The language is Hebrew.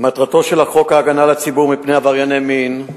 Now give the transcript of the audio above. מטרתו של חוק הגנה על הציבור מפני עברייני מין,